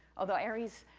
although aries